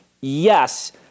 Yes